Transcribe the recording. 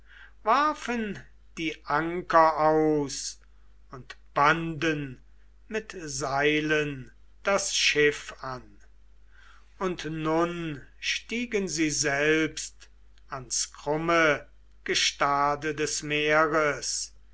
warfen die anker aus und banden mit seilen das schiff an und nun stiegen sie selbst ans krumme gestade des meeres